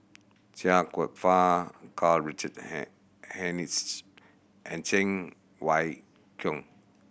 Chia Kwek Fah Karl Richard Hanitsch and Cheng Wai Keung